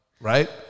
right